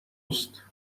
است